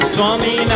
Swami